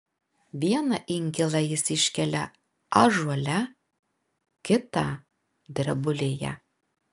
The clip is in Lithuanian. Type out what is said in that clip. vieną inkilą jis iškelia ąžuole kitą drebulėje